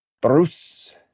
Bruce